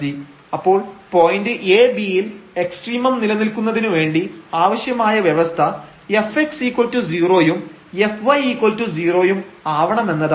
അപ്പോൾ point ab യിൽ extremum നിലനിൽക്കുന്നതിനുവേണ്ടി ആവശ്യമായ വ്യവസ്ഥ fx0 യും fy0 യും ആവണമെന്നതാണ്